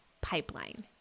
pipeline